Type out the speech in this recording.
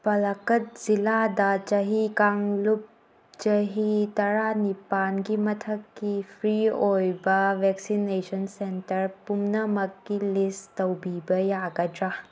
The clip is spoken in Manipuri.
ꯄꯂꯛꯀꯠ ꯖꯤꯜꯂꯥꯗ ꯆꯍꯤ ꯀꯥꯡꯂꯨꯞ ꯆꯍꯤ ꯇꯔꯥꯅꯤꯄꯥꯜꯒꯤ ꯃꯊꯛꯀꯤ ꯐ꯭ꯔꯤ ꯑꯣꯏꯕ ꯕꯦꯛꯁꯤꯅꯦꯁꯟ ꯁꯦꯟꯇ꯭ꯔ ꯄꯨꯝꯅꯃꯛꯀꯤ ꯂꯤꯁ ꯇꯧꯕꯤꯕ ꯌꯥꯒꯗ꯭ꯔꯥ